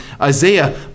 Isaiah